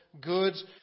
goods